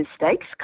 mistakes